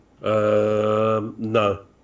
no